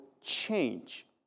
change